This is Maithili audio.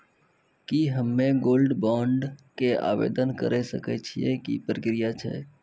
की हम्मय गोल्ड बॉन्ड के आवदेन करे सकय छियै, की प्रक्रिया छै?